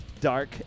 Dark